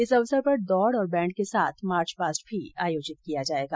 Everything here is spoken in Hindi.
इस अवसर पर दौड़ और बैण्ड के साथ मार्चपास्ट भी किया जायेगा